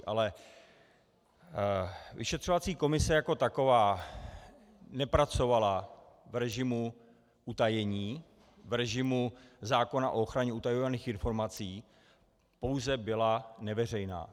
Ale vyšetřovací komise jako taková nepracovala v režimu utajení, v režimu zákona o ochraně utajovaných informací, pouze byla neveřejná.